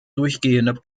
durchgehende